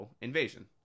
invasion